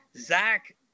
Zach